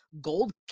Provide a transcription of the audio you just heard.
Gold